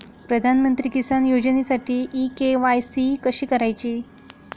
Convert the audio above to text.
प्रधानमंत्री किसान योजनेसाठी इ के.वाय.सी कशी करायची?